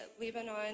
Lebanon